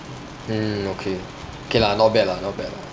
mm okay okay lah not bad lah not bad lah